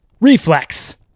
Reflex